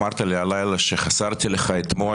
אמרת שחסרתי לך אתמול